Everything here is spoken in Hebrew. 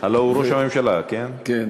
כן כן,